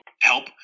help